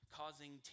causing